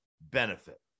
benefit